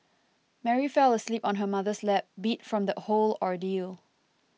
Mary fell asleep on her mother's lap beat from the whole ordeal